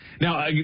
Now